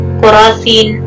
korasin